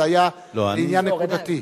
זה היה עניין נקודתי.